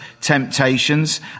temptations